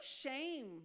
shame